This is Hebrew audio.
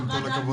עם כל הכבוד.